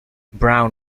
brown